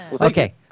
Okay